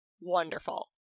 wonderful